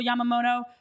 Yamamoto